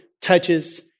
touches